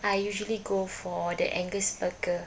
I usually go for the angus burger